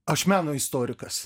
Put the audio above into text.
aš meno istorikas